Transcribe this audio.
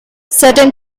certain